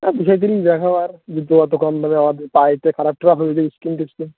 দেখাও আর জুতো অত কম দামে আবার যদি পায়েতে খারাপ টারাপ হয়ে যায় স্কিন টিস্কিন